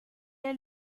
est